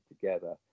together